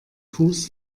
fuß